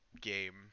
game